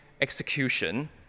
execution